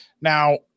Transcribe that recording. Now